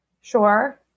sure